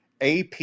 AP